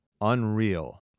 Unreal